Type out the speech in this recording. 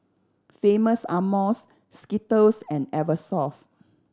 Famous Amos Skittles and Eversoft